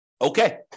Okay